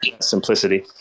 simplicity